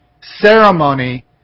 ceremony